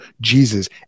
Jesus